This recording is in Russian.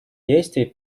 действий